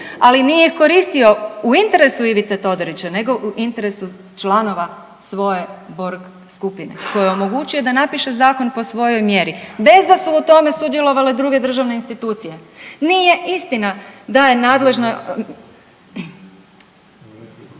ali nije koristio u interesu Ivice Todorića nego u interesu članova svoje Borg skupine kojoj omogućuje da napiše zakon po svojoj mjeri bez da su u tome sudjelovale druge državne institucije. Nije istina da je nadležna